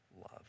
love